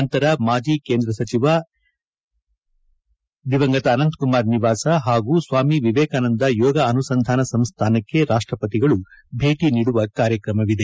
ನಂತರ ಮಾಜಿ ಕೇಂದ್ರ ಸಚಿವ ಅನಂತ್ ಕುಮಾರ್ ನಿವಾಸ ಹಾಗೂ ಸ್ವಾಮಿ ವಿವೇಕಾನಂದ ಯೋಗ ಅನುಸಂಧಾನ ಸಂಸ್ಥಾನಕ್ಕೆ ರಾಷ್ಟಪತಿಗಳು ಭೇಟಿ ನೀಡುವ ಕಾರ್ಯತ್ರಮವಿದೆ